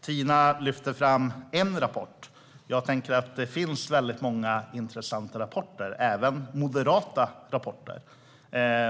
Tina lyfter fram en rapport. Men det finns väldigt många intressanta rapporter, även moderata rapporter.